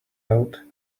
out